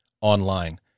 online